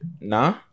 nah